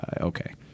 okay